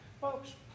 Folks